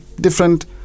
different